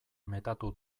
metatu